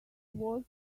was